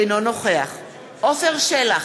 אינו נוכח עפר שלח,